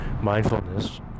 mindfulness